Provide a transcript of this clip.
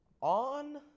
on